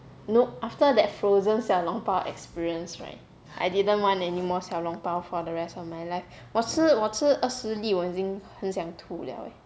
nope after that frozen 小笼包 experience right I didn't want anymore 小笼包 for the rest of my life was 我吃我吃二十粒我已经很想吐了 leh